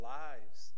lives